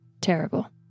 terrible